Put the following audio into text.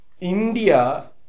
India